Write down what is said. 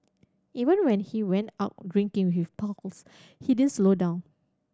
even when he went out drinking with his pals he didn't slow down